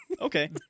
okay